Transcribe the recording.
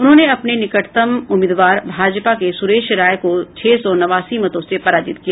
उन्होंने अपने निकटतम उम्मीदवार भाजपा के सुरेश राय को छह सौ नवासी मतों से पराजित किया